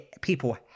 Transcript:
people